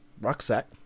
rucksack